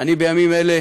בימים אלה